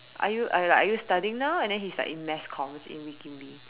are you are like are you studying now and then he's like in mass comm he's in Wee-Kim-Wee